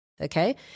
okay